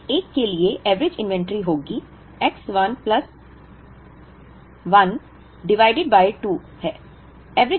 तो महीने 1 के लिए औसत एवरेज इन्वेंट्री होगी X1 plus I divided by 2 है